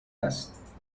است